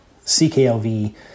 CKLV